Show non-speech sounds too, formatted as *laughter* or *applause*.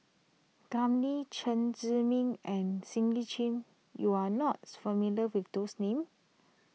Kam Ning Chen Zhiming and Cindy Chin you are not *noise* familiar with those names